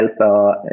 help